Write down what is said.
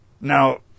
Now